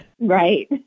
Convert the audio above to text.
Right